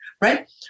right